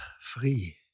free